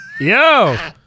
Yo